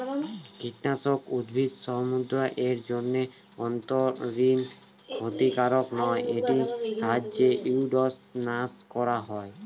কীটনাশক উদ্ভিদসমূহ এর জন্য অভ্যন্তরীন ক্ষতিকারক নয় এটির সাহায্যে উইড্স নাস করা হয়